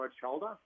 shoulder